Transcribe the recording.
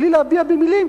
בלי להביע במלים,